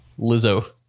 Lizzo